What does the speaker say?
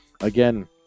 Again